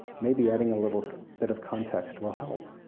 maybe adding a little bit of context will help.